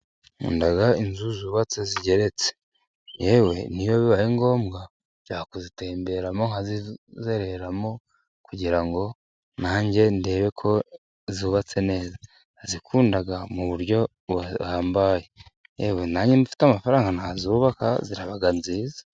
Nkunda inzu zubatse zigeretse yewe niyo bibaye ngombwa njya kuzitemberamo nkazizereramo kugira ngo nanjye ndebe uko zubatse neza. Ndazikunda mu buryo buhambaye, yewe nanjye mfite amafaranga nazubaka ziba nziza.